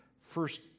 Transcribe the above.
first